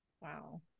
Wow